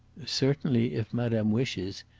certainly, if madame wishes,